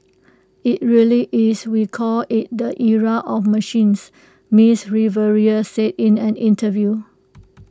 IT really is we call IT the era of machines miss Rivera said in an interview